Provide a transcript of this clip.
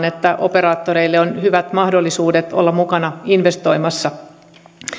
että operaattoreille on hyvät mahdollisuudet olla mukana investoimassa